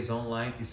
online